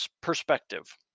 perspective